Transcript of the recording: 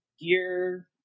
gear